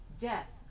death